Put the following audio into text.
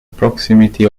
proximity